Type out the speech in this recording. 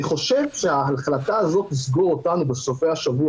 אני חושב שההחלטה הזאת לסגור אותנו בסופי השבוע,